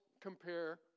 compare